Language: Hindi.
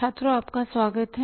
छात्रों आपका स्वागत है